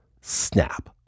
snap